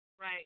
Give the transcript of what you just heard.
Right